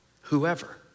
Whoever